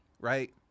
right